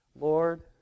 Lord